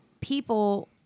people